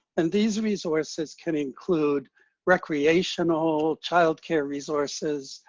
and these resources can include recreational, child care resources,